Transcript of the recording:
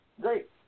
Great